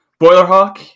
Boilerhawk